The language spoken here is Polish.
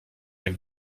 jak